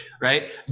right